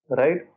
right